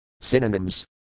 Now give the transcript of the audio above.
Synonyms